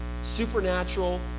Supernatural